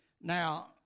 Now